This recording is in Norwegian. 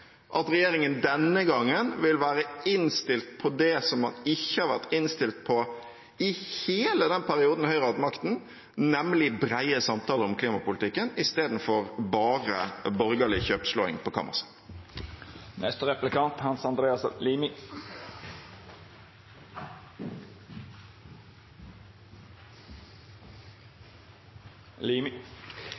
at regjeringen denne gangen vil være innstilt på det man ikke har vært innstilt på i hele den perioden Høyre har hatt makten, nemlig brede samtaler om klimapolitikken, istedenfor bare borgerlig kjøpslåing på